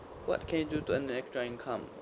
what can you do to earn extra income